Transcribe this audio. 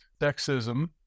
sexism